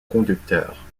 conducteur